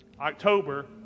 October